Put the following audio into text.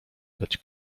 dać